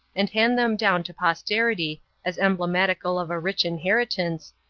and hand them down to posterity as emblematical of a rich inheritance,